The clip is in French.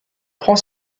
prend